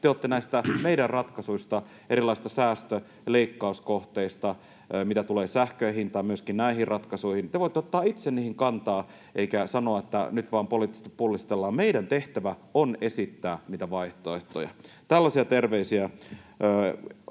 te olette näistä meidän ratkaisuista, erilaisista säästö- ja leikkauskohteista, mitä tulee sähkön hintaan ja myöskin näihin ratkaisuihin. Te voitte ottaa itse niihin kantaa, eikä sanoa, että nyt vain poliittisesti pullistellaan. Meidän tehtävä on esittää niitä vaihtoehtoja. Tällaisia terveisiä